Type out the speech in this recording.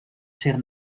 ser